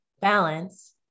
balance